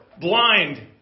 blind